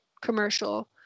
commercial